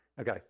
Okay